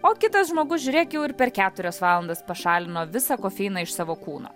o kitas žmogus žiūrėk jau ir per keturias valandas pašalino visą kofeiną iš savo kūno